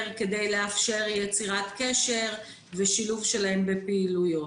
כדי לאפשר יצירת קשר ושילוב שלהם בפעילויות.